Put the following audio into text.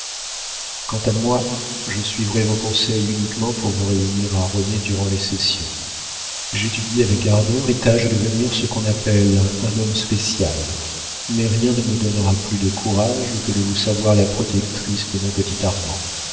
quant à moi je suivrai vos conseils uniquement pour vous réunir à renée durant les sessions j'étudie avec ardeur et tâche de devenir ce qu'on appelle un homme spécial mais rien ne me donnera plus de courage que de vous savoir la protectrice de mon petit armand